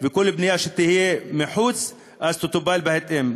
וכל פנייה שתהיה מחוץ תטופל בהתאם.